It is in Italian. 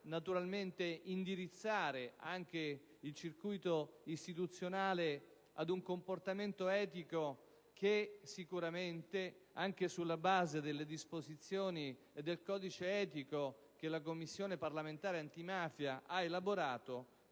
naturalmente indirizzare anche il circuito istituzionale ad un comportamento etico che sicuramente, anche sulla base delle disposizioni del codice etico che la Commissione parlamentare antimafia ha elaborato,